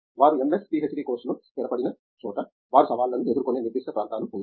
వారు MS PhD కోర్సులో స్థిరపడిన చోట వారు సవాళ్లను ఎదుర్కొనే నిర్దిష్ట ప్రాంతాలు ఉన్నాయా